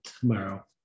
tomorrow